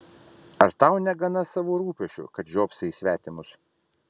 ar tau negana savų rūpesčių kad žiopsai į svetimus